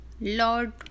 Lord